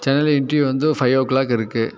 சென்னையில் இண்ட்ரியூ வந்து five o'clock இருக்கு